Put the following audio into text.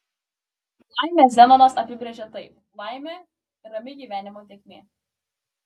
laimę zenonas apibrėžė taip laimė rami gyvenimo tėkmė